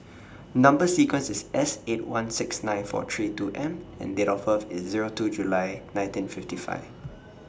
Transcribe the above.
Number sequence IS S eight one six nine four three two M and Date of birth IS Zero two July nineteen fifty five